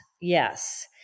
Yes